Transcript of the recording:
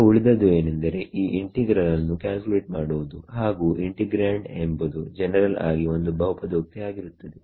ಈಗ ಉಳಿದದ್ದು ಏನೆಂದರೆ ಈ ಇಂಟಿಗ್ರಲ್ ನ್ನು ಕ್ಯಾಲ್ಕುಲೇಟ್ ಮಾಡುವುದು ಹಾಗು ಇಂಟಿ ಗ್ರ್ಯಾಂಡ್ ಎಂಬುದು ಜನರಲ್ ಆಗಿ ಒಂದು ಬಹುಪದೋಕ್ತಿ ಆಗಿರುತ್ತದೆ